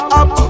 up